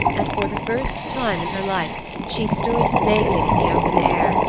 and for the first time in her life she stood naked in the open air,